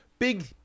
Big